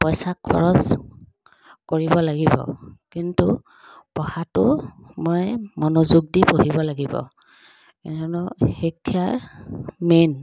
পইচা খৰচ কৰিব লাগিব কিন্তু পঢ়াটো মই মনোযোগ দি পঢ়িব লাগিব কিয়নো শিক্ষাই মেইন